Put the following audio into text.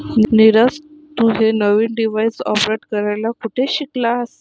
नीरज, तू हे नवीन डिव्हाइस ऑपरेट करायला कुठे शिकलास?